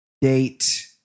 date